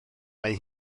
mae